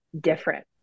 different